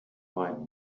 find